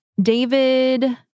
David